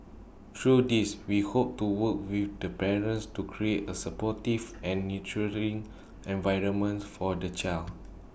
through these we hope to work with the parents to create A supportive and nurturing environments for the child